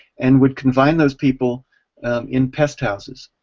and would confine those people in pest houses,